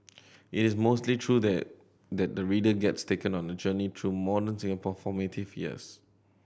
it is mostly through that that the reader gets taken on a journey through modern Singapore formative years